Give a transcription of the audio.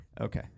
Okay